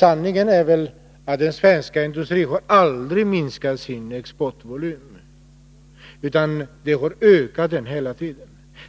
Sanningen är att den svenska industrin inte har minskat sin exportvolym. Den har i stället ökats hela tiden.